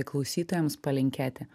klausytojams palinkėti